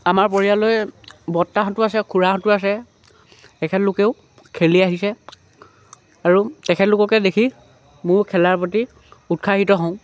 আমাৰ পৰিয়ালে বৰত্তাহঁতো আছে খুৰাহঁতো আছে এখেতলোকেও খেলি আহিছে আৰু তেখেতলোককে দেখি মোৰ খেলাৰ প্ৰতি উৎসাহিত হওঁ